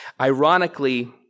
Ironically